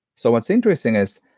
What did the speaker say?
so what's interesting is,